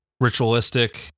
ritualistic